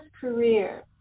career